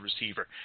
receiver